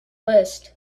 list